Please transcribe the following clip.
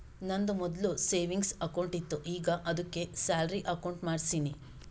ನಂದು ಮೊದ್ಲು savings account ಇತ್ತು ಈಗ ಆದ್ದುಕೆ ಸ್ಯಾಲರಿ ಅಕೌಂಟ್ ಮಾಡ್ಸಿನಿ